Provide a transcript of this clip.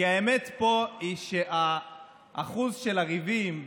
כי האמת פה היא שהאחוז של הריבים,